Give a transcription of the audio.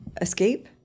Escape